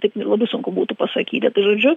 taip labai sunku būtų pasakyti tai žodžiu